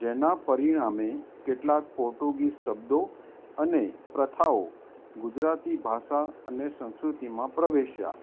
જેનાં પરિણામે કેટલાક પોર્ટુગીઝ શબ્દો અને પ્રથાઓ ગુજરાતી ભાષા અને સંસ્કૃતિમાં પ્રવેશ્યાં